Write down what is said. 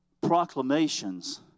proclamations